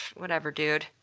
whatever, dude.